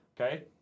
Okay